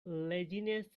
laziness